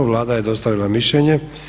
Vlada je dostavila mišljenje.